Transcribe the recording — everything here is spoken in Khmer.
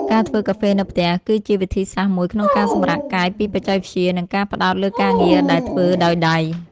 ការធ្វើកាហ្វេនៅផ្ទះ គឺជាវិធីសាស្រ្តមួយក្នុងការសម្រាកកាយពីបច្ចេកវិទ្យា និងការផ្ដោតលើការងារដែលធ្វើដោយដៃ។